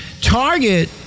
Target